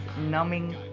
numbing